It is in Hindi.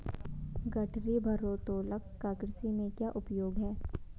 गठरी भारोत्तोलक का कृषि में क्या उपयोग है?